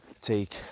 take